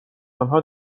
آنها